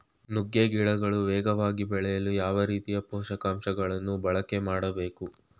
ನುಗ್ಗೆ ಗಿಡಗಳು ವೇಗವಾಗಿ ಬೆಳೆಯಲು ಯಾವ ರೀತಿಯ ಪೋಷಕಾಂಶಗಳನ್ನು ಬಳಕೆ ಮಾಡಬೇಕು?